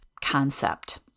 concept